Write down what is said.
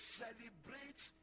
celebrate